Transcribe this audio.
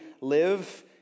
live